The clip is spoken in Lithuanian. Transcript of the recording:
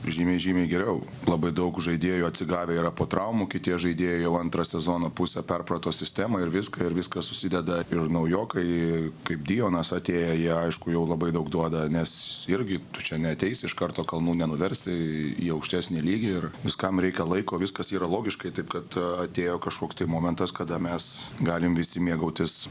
žymiai žymiai geriau labai daug žaidėjų atsigavę yra po traumų kiti žaidėjai jau antrą sezono pusę perprato sistemą ir viską ir viskas susideda ir naujokai kaip dijonas atėję jie aišku jau labai daug duoda nes irgi tu čia neateisi iš karto kalnų nenuversi į aukštesnį lygį ir viskam reikia laiko viskas yra logiškai taip kad atėjo kažkoks tai momentas kada mes galim visi mėgautis